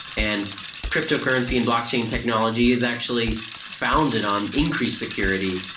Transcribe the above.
and cryptocurrency and blockchain technology is actually founded on increased security,